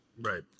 Right